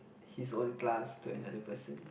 his own class to another person